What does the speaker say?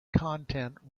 content